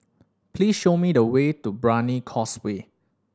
please show me the way to Brani Causeway